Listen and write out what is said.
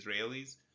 Israelis